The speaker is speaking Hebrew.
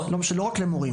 ולא רק למורים.